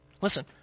Listen